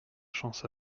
chance